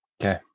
Okay